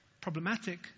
problematic